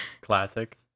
classic